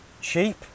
cheap